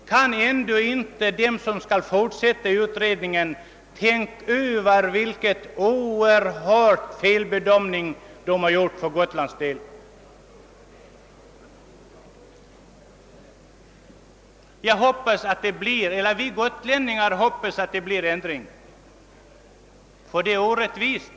Kan då inte de som skall fortsätta med utredningarna tänka över vilken oerhörd felbedömning som gjorts i fråga om Gotland? Vi gotlänningar hoppas att det blir ändringar, ty det nu föreslagna systemet är orättvist.